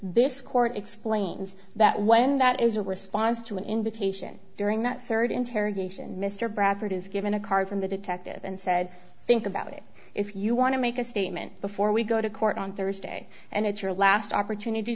this court explains that when that is a response to an invitation during that third interrogation mr bradford is given a card from the detective and said think about it if you want to make a statement before we go to court on thursday and it's your last opportunity